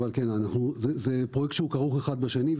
זה פרויקט שכרוך זה בזה,